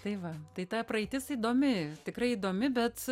tai va tai ta praeitis įdomi tikrai įdomi bet